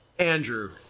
Andrew